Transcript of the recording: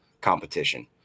competition